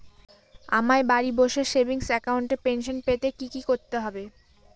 আমায় বাড়ি বসে সেভিংস অ্যাকাউন্টে পেনশন পেতে কি কি করতে হবে?